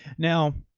now,